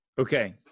Okay